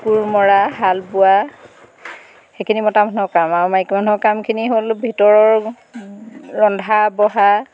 কোৰ মৰা হাল বোৱা সেইখিনি মতা মানুহৰ কাম আৰু মাইকী মানুহৰ কামখিনি হ'ল ভিতৰৰ ৰন্ধা বঢ়া